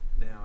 now